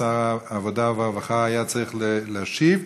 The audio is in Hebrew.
שר העבודה והרווחה היה צריך להשיב.